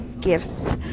gifts